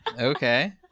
Okay